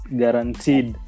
guaranteed